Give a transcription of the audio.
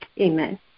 Amen